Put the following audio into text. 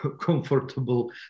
comfortable